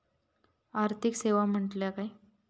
आर्थिक सेवा म्हटल्या काय?